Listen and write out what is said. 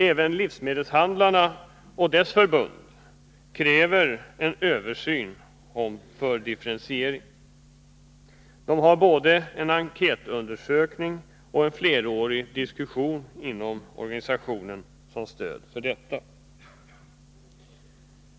Även livsmedelshandlarna och deras förbund kräver en översyn för differentiering. De har både en enkätundersökning och en flerårig diskussion inom organisationen som stöd för detta.